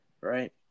right